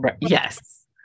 Yes